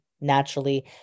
naturally